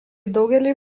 daugelį